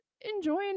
enjoying